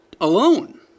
alone